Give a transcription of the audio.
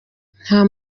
nta